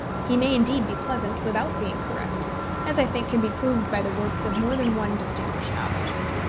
he may indeed be pleasant without being correct as i think can be proved by the works of more than one distinguished novelist.